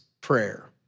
prayer